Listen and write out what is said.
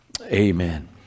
amen